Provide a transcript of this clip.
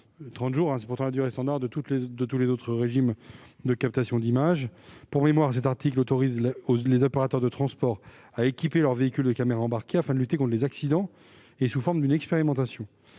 jours correspondent à la durée standard de tous les autres régimes de captation d'images. Cet article autorise les opérateurs de transport à équiper leurs véhicules de caméras embarquées afin de lutter contre les accidents, sous la forme d'une expérimentation,